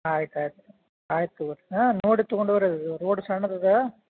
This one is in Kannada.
ಆಯ್ತು ಆಯ್ತು ಆಯ್ತು ತೊಗೊಳಿ ಹಾಂ ನೋಡಿ ತೊಗೊಂಡೋಗಿರಿ ಅವು ರೋಡ್ ಸಣ್ದು ಇದೆ